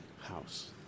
house